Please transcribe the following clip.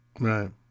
Right